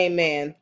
Amen